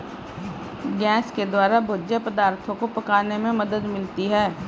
gas के द्वारा भोज्य पदार्थो को पकाने में मदद मिलती है